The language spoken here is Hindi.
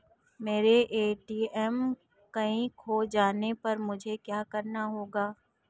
मेरा ए.टी.एम कार्ड खो जाने पर मुझे क्या करना होगा?